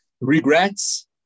Regrets